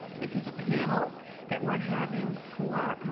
this is a panel that we're having for